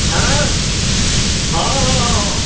ଆଁ ହଁ ହଁ ହଁ